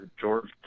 George